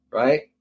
right